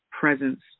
presence